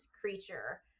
creature